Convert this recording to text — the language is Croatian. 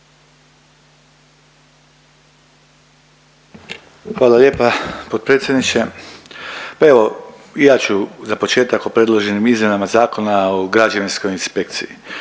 Hvala lijepa potpredsjedniče. Pa evo i ja ću za početak o predloženim izmjenama Zakona o građevinskoj inspekciji.